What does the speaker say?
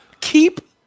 keep